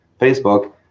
facebook